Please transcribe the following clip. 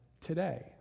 today